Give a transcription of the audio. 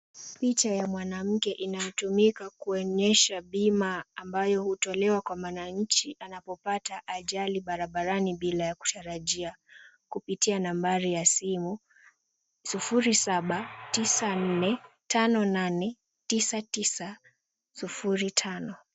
Picha ya mwanamke inayotumika kuonyesha bima ambayo hutolewa kwa mwananchi anapopata ajali barabarani bila ya kutarajia kupitia nambari ya simu 0794589905.